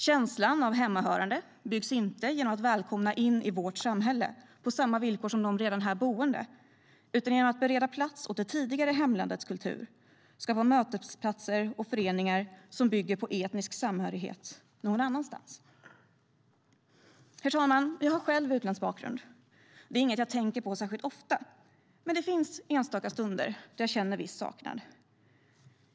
Känslan av hemmahörande byggs inte genom att välkomna in i vårt samhälle på samma villkor som de redan här boende utan genom att bereda plats åt det tidigare hemlandets kultur, skapa mötesplatser och föreningar som bygger på etnisk samhörighet med någon annan plats. Herr talman! Jag har själv utländsk bakgrund. Det är inget jag tänker på särskilt ofta, men det finns enstaka stunder då jag känner en viss saknad.